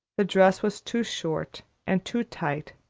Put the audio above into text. the dress was too short and too tight,